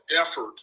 effort